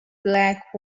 black